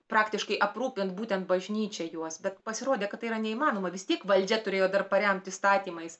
praktiškai aprūpint būtent bažnyčia juos bet pasirodė kad tai yra neįmanoma vis tiek valdžia turėjo dar paremt įstatymais